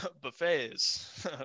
buffets